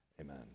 Amen